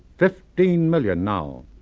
fifty million now.